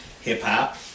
hip-hop